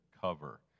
cover